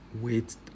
wait